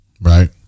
right